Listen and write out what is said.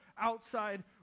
outside